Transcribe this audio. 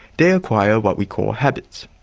they acquire what we call habits.